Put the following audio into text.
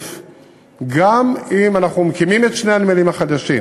גם אם אנחנו מקימים את שני הנמלים החדשים